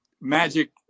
magic